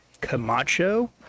Camacho